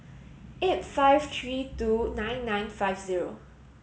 eight five three two nine nine five zero